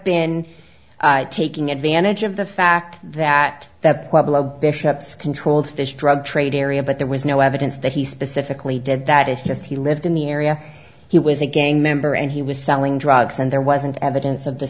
been taking advantage of the fact that the bishops controlled fish drug trade area but there was no evidence that he specifically did that it's just he lived in the area he was a gang member and he was selling drugs and there wasn't evidence of the